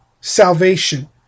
Salvation